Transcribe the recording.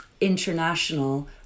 international